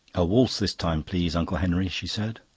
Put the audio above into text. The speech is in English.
a waltz this time, please, uncle henry, she said.